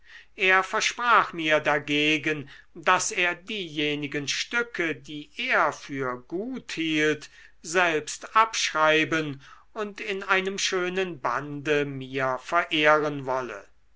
er versprach mir dagegen daß er diejenigen stücke die er für gut hielt selbst abschreiben und in einem schönen bande mir verehren wolle